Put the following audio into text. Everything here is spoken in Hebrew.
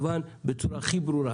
בצורה הכי ברורה.